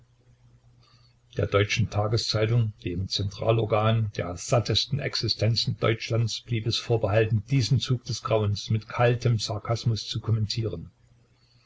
der deutschen tageszeitung dem zentralorgan der sattesten existenzen deutschlands blieb es vorbehalten diesen zug des grauens mit kaltem sarkasmus zu kommentieren